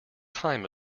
time